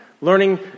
learning